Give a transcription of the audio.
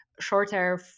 shorter